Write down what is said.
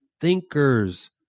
thinkers